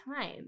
time